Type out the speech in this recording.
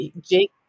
Jake